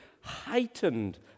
heightened